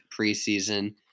preseason